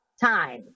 time